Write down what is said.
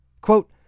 Quote